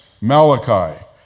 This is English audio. Malachi